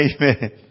Amen